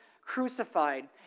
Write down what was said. crucified